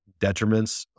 detriments